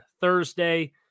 Thursday